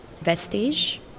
Vestige